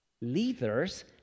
Leaders